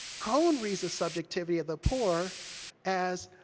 cone reads the subjectivity of the poor as